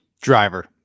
driver